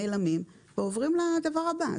נעלמים ועוברים לדבר הבא.